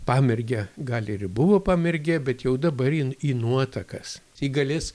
pamergę gali ir ji buvo pamergė bet jau dabar į nuotakas ji galės